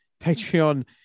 Patreon